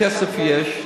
כסף יש,